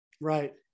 Right